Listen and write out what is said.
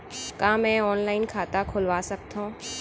का मैं ऑनलाइन खाता खोलवा सकथव?